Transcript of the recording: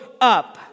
up